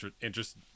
interest